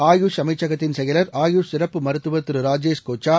ஆயுஷ் அமைச்சகத்தின் செயலர் ஆயுஷ் சிறப்பு மருத்துவர் திரு ராஜேஷ் கோச்சா